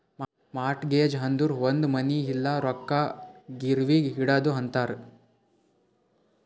mortgage ಅಂದುರ್ ಒಂದ್ ಮನಿ ಇಲ್ಲ ರೊಕ್ಕಾ ಗಿರ್ವಿಗ್ ಇಡದು ಅಂತಾರ್